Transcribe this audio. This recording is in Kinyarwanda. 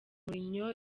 mourinho